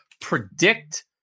predict